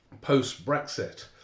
post-Brexit